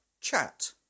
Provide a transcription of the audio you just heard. Chat